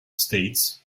states